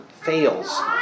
fails